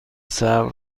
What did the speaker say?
صبر